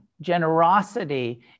generosity